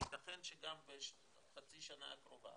ייתכן שגם בחצי השנה הקרובה